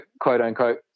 quote-unquote